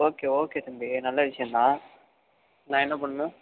okay okay தம்பி நல்ல விஷயந்தான் நான் என்ன பண்ணணும்